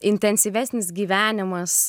intensyvesnis gyvenimas